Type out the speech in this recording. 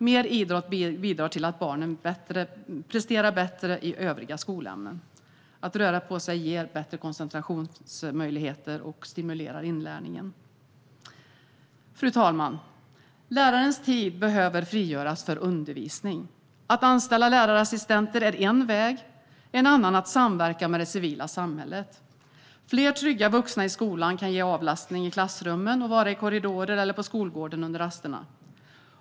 Mer idrott bidrar till att barnen presterar bättre i övriga skolämnen. Att röra på sig ger bättre koncentrationsmöjligheter och stimulerar inlärningen. Fru talman! Lärarens tid behöver frigöras för undervisning. Att anställa lärarassistenter är en väg, en annan är att samverka med det civila samhället. Fler trygga vuxna i skolan kan ge avlastning i klassrummen. De kan vara i korridorer eller på skolgården under rasterna.